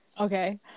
Okay